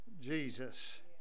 Jesus